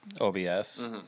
OBS